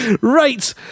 Right